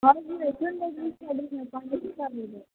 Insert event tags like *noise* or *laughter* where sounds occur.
हजुर *unintelligible*